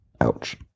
Ouch